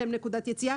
אין להם נקודת יציאה,